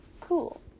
cool